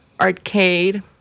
arcade